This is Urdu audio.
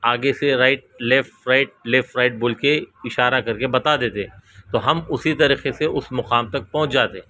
آگے سے right left right left right بول کے اشارہ کر کے بتا دیتے تو ہم اسی طریقے سے اس مقام تک پہنچ جاتے